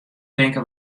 tinke